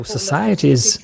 societies